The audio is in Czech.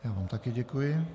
Já vám také děkuji.